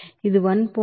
ఇది 1